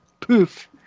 Poof